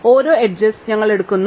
അതിനാൽ ഓരോ എഡ്ജസ് ഞങ്ങൾ എടുക്കുന്നു